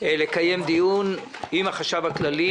לקיים דיון עם החשב הכללי: